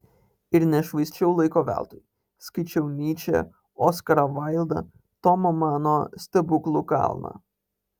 ir nešvaisčiau laiko veltui skaičiau nyčę oskarą vaildą tomo mano stebuklų kalną